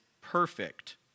perfect